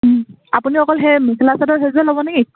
আপুনি অকল সেই মেখিলা চাদৰ সেইযোৰেই ল'বনে কি